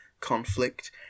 conflict